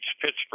Pittsburgh